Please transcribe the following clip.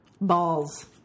balls